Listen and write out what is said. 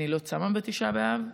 אני לא צמה בתשעה באב,